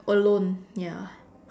alone ya